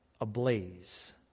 ablaze